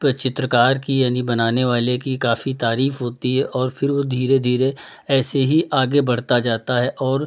पे चित्रकार की यानी बनाने वाले की काफ़ी तारीफ़ होती है और फिर वो धीरे धीरे ऐसे ही आगे बढ़ता जाता है और